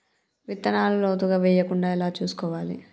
విత్తనాలు లోతుగా వెయ్యకుండా ఎలా చూసుకోవాలి?